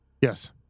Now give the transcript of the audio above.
Yes